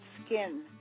skin